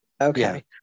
Okay